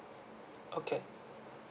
okay